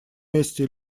месте